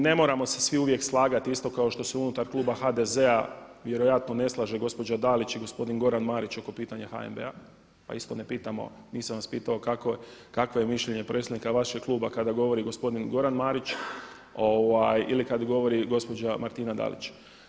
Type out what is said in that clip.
Ne moramo se svi uvijek slagati isto kao što se unutar kluba HDZ-a vjerojatno ne slaže gospođa Dalić i gospodin Goran Marić oko pitanja HNB-a, pa isto ne pitamo, nisam vas pitao kakvo je mišljenje predsjednika vašeg kluba kada govori gospodin Goran Marić ili kada govori gospođa Martina Dalić.